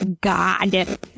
God